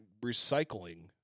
recycling